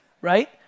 Right